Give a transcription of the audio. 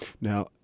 Now